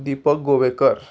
Deepak Govekar